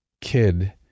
kid